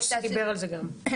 מוסי דיבר על זה גם.